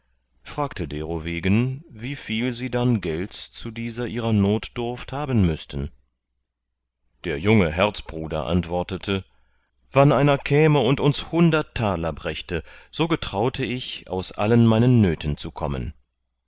fragte derowegen wieviel sie dann gelds zu dieser ihrer notdurft haben müßten der junge herzbruder antwortete wann einer käme und uns hundert taler brächte so getraute ich aus allen meinen nöten zu kommen